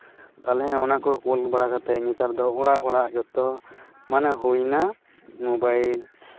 ᱛᱟᱦᱚᱞᱮ ᱚᱱᱟᱠᱚ ᱠᱳᱞ ᱵᱟᱲᱟ ᱠᱟᱛᱮᱫ ᱱᱮᱛᱟᱨ ᱫᱚ ᱚᱲᱟᱜ ᱚᱲᱟᱜ ᱡᱚᱛᱚ ᱢᱟᱱᱮ ᱦᱩᱭᱱᱟ ᱢᱳᱵᱟᱭᱤᱞ